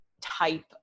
type